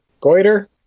Goiter